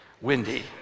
windy